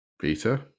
Peter